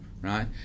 Right